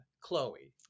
Chloe